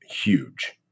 huge